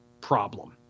problem